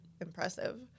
impressive